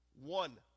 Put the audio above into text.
one